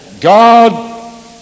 God